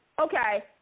Okay